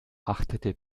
achtete